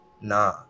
nah